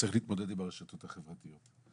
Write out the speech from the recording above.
שצריך להתמודד עם הרשתות החברתיות.